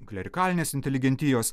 klerikalinės inteligentijos